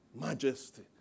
majesty